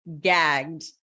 gagged